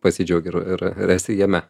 pasidžiaugi ir ir ir esi jame